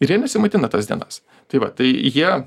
ir jie nesimaitina tas dienas tai va tai jie